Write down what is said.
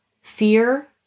fear